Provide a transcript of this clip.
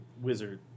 wizard